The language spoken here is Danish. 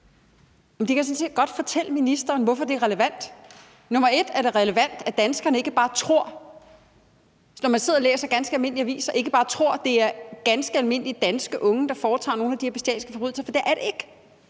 Jeg kan sådan set godt fortælle ministeren, hvorfor det er relevant. Det er først og fremmest relevant, at danskerne ikke bare tror – når de sidder og læser ganske almindelige aviser – at det er ganske almindelige danske unge, der begår nogle af de her bestialske forbrydelser, for det er det ikke.